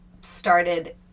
started